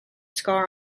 scar